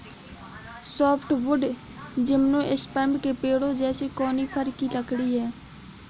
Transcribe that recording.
softwood gymnosperm के पेड़ों जैसे कॉनिफ़र की लकड़ी है